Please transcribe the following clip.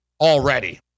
already